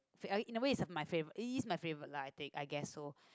fa~ in a way is my favourite it is my favourite lah I take I guess so